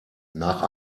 nach